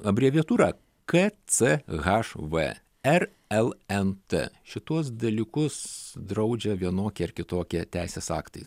abreviatūra k c h v r l n t šituos dalykus draudžia vienokie ar kitokie teisės aktai